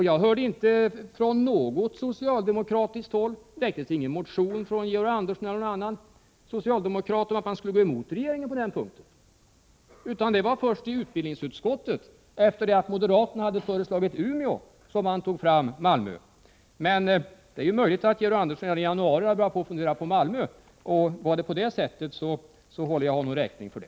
Jag hörde inte någon från socialdemokratiskt håll som sade att man skulle gå emot regeringen på den punkten — det väcktes ingen motion av Georg Andersson eller någon annan. Det var först i utbildningsutskottet, efter det att moderaterna hade föreslagit Umeå, som man tog fram Malmöförslaget. Men det är möjligt att Georg Andersson redan i januari hade börjat fundera på Malmö, och om det var på det sättet håller jag honom räkning för det.